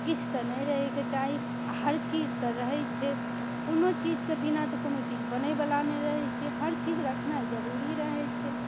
किछु तऽ नहि रहयके चाही आ हर चीज तऽ रहै छै कोनो चीजके बिना तऽ कोनो चीज बनयवला नहि रहै छै हर चीज रखनाइ जरूरी रहै छै